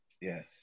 Yes